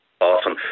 Awesome